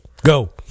go